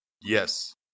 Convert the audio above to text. Yes